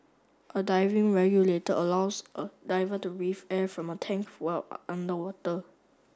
a diving regulator allows a diver to breathe air from a tank while underwater